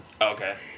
Okay